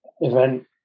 event